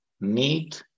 need